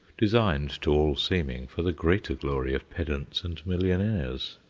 designed, to all seeming, for the greater glory of pedants and millionaires.